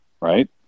right